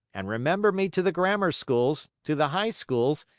and remember me to the grammar schools, to the high schools,